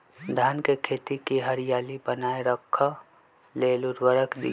धान के खेती की हरियाली बनाय रख लेल उवर्रक दी?